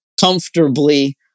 comfortably